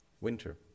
winter